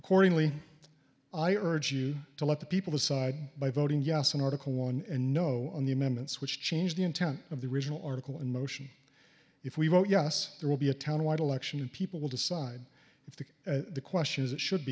accordingly i urge you to let the people decide by voting yes on article one and no on the amendments which change the intent of the original article in motion if we vote yes there will be a town white election and people will decide if the questions that should